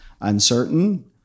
uncertain